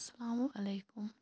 اسلام علیکُم